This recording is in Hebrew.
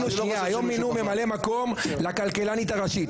מינו ממלא מקום לכלכלנית הראשית.